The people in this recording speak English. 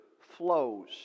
flows